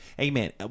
Amen